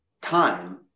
time